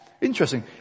Interesting